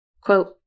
Quote